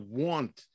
want